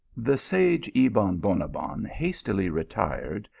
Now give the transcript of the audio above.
the sage ebon bonabbon hastily retired,